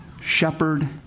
shepherd